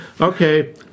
Okay